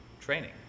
training